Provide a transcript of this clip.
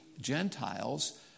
Gentiles